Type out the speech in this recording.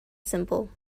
simple